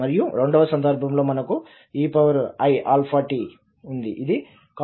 మరియు రెండవ సందర్భంలో మనకు ఈeiαt ఉంది ఇది cos⁡αtisin⁡αt